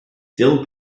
dill